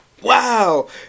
Wow